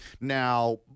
Now